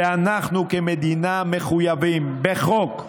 ואנחנו כמדינה מחויבים בחוק,